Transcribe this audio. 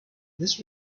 this